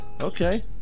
Okay